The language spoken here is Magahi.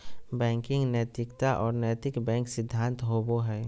बैंकिंग नैतिकता और नैतिक बैंक सिद्धांत होबो हइ